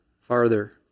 farther